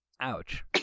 Ouch